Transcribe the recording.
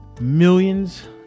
millions